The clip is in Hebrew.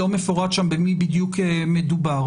לא מפורט שם במי בדיוק מדובר,